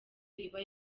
iba